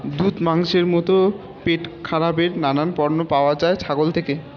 দুধ, মাংসের মতো পেটখারাপের নানান পণ্য পাওয়া যায় ছাগল থেকে